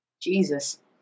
Jesus